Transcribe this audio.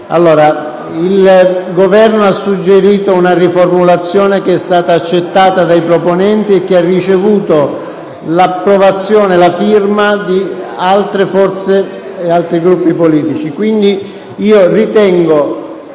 Il Governo ha suggerito una riformulazione che e stata accolta dai proponenti e che ha ricevuto l’approvazione e la firma di altri senatori e altri Gruppi politici.